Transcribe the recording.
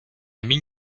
mean